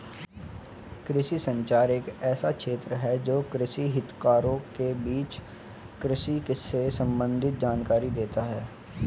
कृषि संचार एक ऐसा क्षेत्र है जो कृषि हितधारकों के बीच कृषि से संबंधित जानकारी देता है